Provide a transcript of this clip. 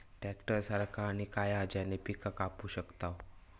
Tractor सारखा आणि काय हा ज्याने पीका कापू शकताव?